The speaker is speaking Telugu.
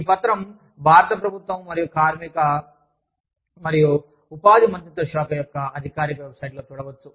ఈ పత్రం భారత ప్రభుత్వ కార్మిక మరియు ఉపాధి మంత్రిత్వ శాఖ యొక్క అధికారిక వెబ్సైట్లో చూడవచ్చు